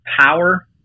power